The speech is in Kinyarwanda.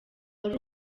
ari